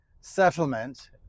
settlement